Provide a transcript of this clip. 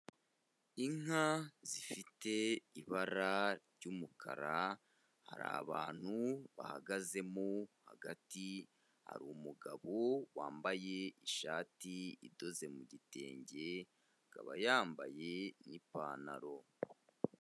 Inka zifite ibara ry'umukara, hari abantu bahagazemo hagati, hari umugabo wambaye ishati idoze mu gitenge, akaba yambaye n'ipantaro.